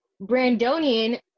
Brandonian